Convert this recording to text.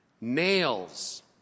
Nails